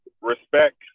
respect